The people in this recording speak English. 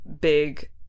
big